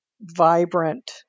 vibrant